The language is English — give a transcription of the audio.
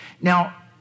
Now